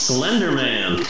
Slenderman